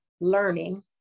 learning